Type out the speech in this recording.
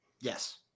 Yes